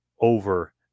over